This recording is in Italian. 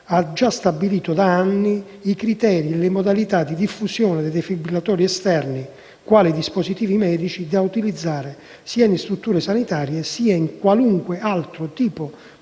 ha già stabilito da anni i criteri e le modalità di diffusione dei defibrillatori esterni quali dispositivi medici da utilizzare sia in strutture sanitarie, che in qualunque altro tipo di